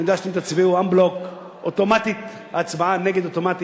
אני יודע שתצביעו הצבעת נגד אוטומטית.